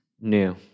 new